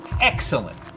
Excellent